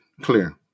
clear